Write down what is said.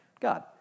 God